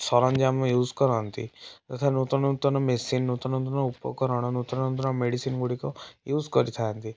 ସରଞ୍ଜାମ ୟୁଜ କରନ୍ତି ତଥା ନୂତନ ନୂତନ ମେସିନ୍ ନୂତନ ନୂତନ ଉପକରଣ ନୂତନ ନୂତନ ମେଡ଼ିସିନ୍ ଗୁଡ଼ିକ ୟୁଜ କରିଥାନ୍ତି